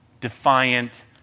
defiant